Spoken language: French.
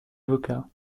avocat